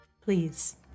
please